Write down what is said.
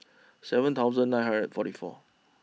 seven thousand nine hundred forty four